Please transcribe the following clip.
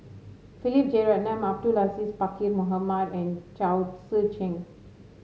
Philip Jeyaretnam Abdul Aziz Pakkeer Mohamed and Chao Tzee Cheng